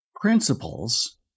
principles